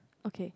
okay